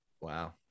Wow